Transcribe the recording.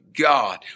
God